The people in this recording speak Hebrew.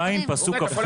נמצאים בה?